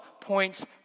points